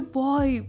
boy